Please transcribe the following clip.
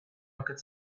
rocket